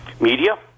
media